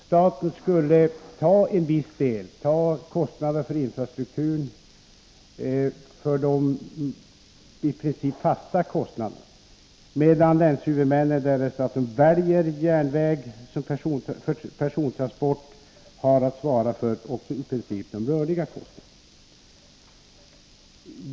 Staten skulle ta ansvaret för en viss del av kostnaderna, i princip de fasta kostnaderna, medan länshuvudmännen därest de väljer järnväg för persontransport har att svara för de rörliga kostnaderna.